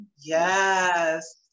Yes